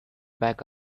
back